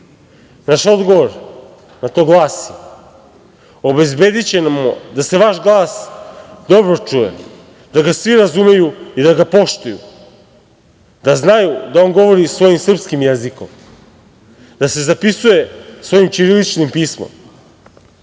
Naš odgovor na to glasi - obezbedićemo da se vaš glas dobro čuje, da ga svi razumeju i da ga poštuju, da znaju da on govori svojim srpskim jezikom, da se zapisuje svojim ćiriličnim pismom,